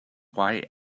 white